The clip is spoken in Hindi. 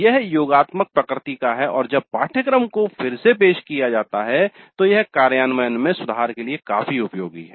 यह योगात्मक प्रकृति का है और जब पाठ्यक्रम को फिर से पेश किया जाता है तो यह कार्यान्वयन में सुधार के लिए काफी उपयोगी है